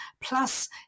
Plus